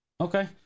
Okay